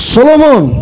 Solomon